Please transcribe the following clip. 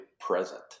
present